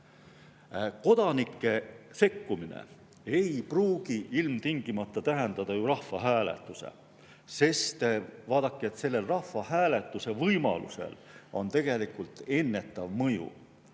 Kodanike sekkumine ei pruugi ilmtingimata tähendada ju rahvahääletust, sest vaadake, sellel rahvahääletuse võimalusel on ennetav mõju.